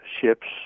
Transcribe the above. ships